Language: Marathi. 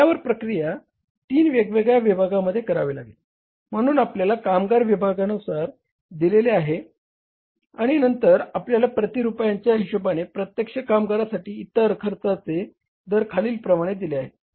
त्यावर प्रक्रिया तीन वेगवेगळ्या विभागांमध्ये करावी लागेल म्हणून आपल्याला कामगार विभागानुसार दिलेले आहेत आणि नंतर आपल्याला प्रती रुपयाच्या हिशोबाने प्रत्यक्ष कामगारासाठी इतर खर्चाचे दर खालील प्रमाणे दिलेले आहे